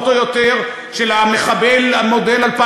פחות